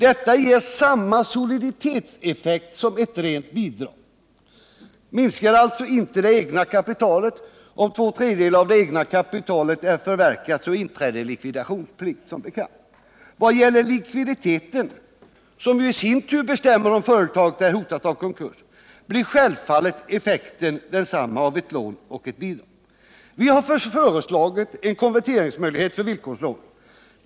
Det ger samma soliditetseffekt som ett rent bidrag och minskar alltså inte det egna kapitalet. Om två tredjedelar av det egna kapitalet är förverkat inträder som bekant likvidationsplikt. Vad gäller likviditeten, som i sin tur bestämmer om företaget är hotat av konkurs, blir självfallet effekten densamma av ett lån som av ett bidrag. Vi har föreslagit en konverteringsmöjlighet för villkorslån.